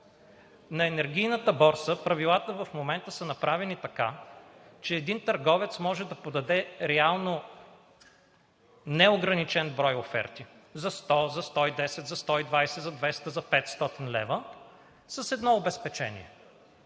На енергийната борса правилата в момента са направени така, че един търговец може да подаде реално неограничен брой оферти – за 100, за 110, за 120, за 200, за 500 лв. с едно обезпечение,